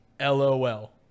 LOL